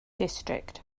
district